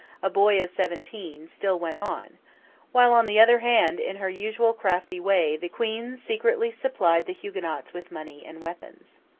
a boy of seventeen, still went on while on the other hand, in her usual crafty way, the queen secretly supplied the huguenots with money and weapons.